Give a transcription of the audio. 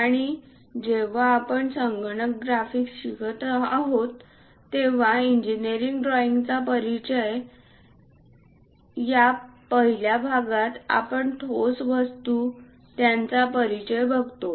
आणि जेव्हा आपण संगणक ग्राफिक्स शिकत आहोत तेव्हा इंजिनिअरिंग ड्रॉइंगचा परिचयच्या पहिल्या भागात आपण ठोस वस्तू यांचा परिचय बघतो